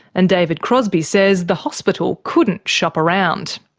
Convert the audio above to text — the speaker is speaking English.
and david crosbie says the hospital couldn't shop around.